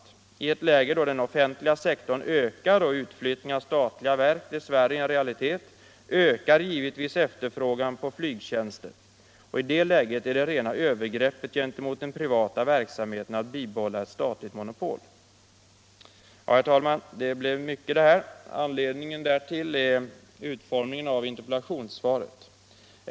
18 mars 1976 I ett läge då den offentliga sektorn ökar och utflyttningen av statliga = verk dess värre är en realitet stiger givetvis efterfrågan på flygtjänster. Om taxiflygföreta I det läget är det rena övergreppet gentemot den privata verksamheten gens ekonomiska att bibehålla ett statligt monopol. förhållanden Ja, herr talman, det blev mycket det här. Anledningen därtill är utformningen av interpellationssvaret.